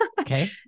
Okay